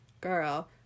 Girl